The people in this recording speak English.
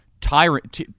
tyrant